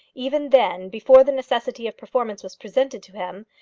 even then, before the necessity of performance was presented to him,